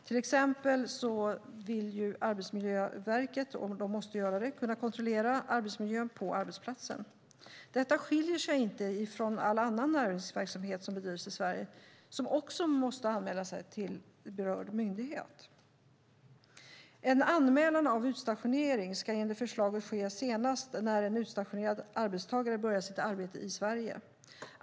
Till exempel måste Arbetsmiljöverket kunna kontrollera arbetsmiljön på arbetsplatsen. Detta skiljer sig inte från all annan näringsverksamhet som bedrivs i Sverige, som också måste anmälas till berörd myndighet. En anmälan av en utstationering ska enligt förslaget ske senast när en utstationerad arbetstagare börjar sitt arbete i Sverige.